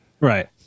Right